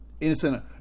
Innocent